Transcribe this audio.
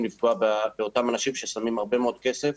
לפגוע באותם אנשים ששמים הרבה מאוד כסף